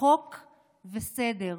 חוק וסדר.